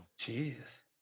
Jeez